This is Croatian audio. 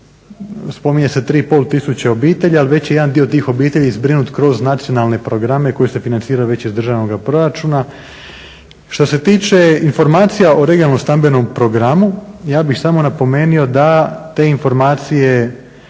spominje se 3,5 tisuće obitelji ali već je jedan dio tih obitelj zbrinut kroz nacionalne programe koji se financiraju već iz državnoga proračuna. Što se tiče informacija o regionalnom stambenom programu ja bih samo napomenuo da te informacije,